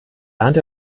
ahnt